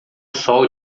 sol